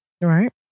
Right